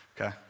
Okay